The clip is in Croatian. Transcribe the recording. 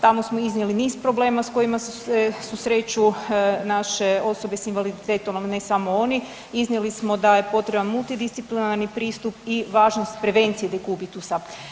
Tamo smo iznijeli niz problema s kojima se susreću naše osobe s invaliditetom, al ne samo oni, iznijeli smo da je potreban multidisciplinarni pristup i važnost prevencije dekubitusa.